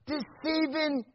Deceiving